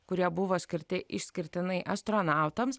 kurie buvo skirti išskirtinai astronautams